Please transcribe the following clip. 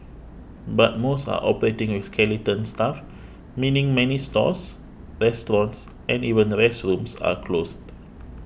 but most are operating with skeleton staff meaning many stores restaurants and even restrooms are closed